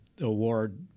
award